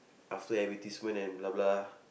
after advertisement and blah blah